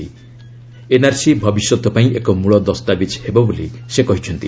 NRC ଭବିଷ୍ୟତପାଇଁ ଏକ ମୂଳ ଦସ୍ତାବିଜ୍ ହେବ ବୋଲି ସେ କହିଚ୍ଛନ୍ତି